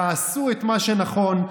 תעשו את מה שנכון,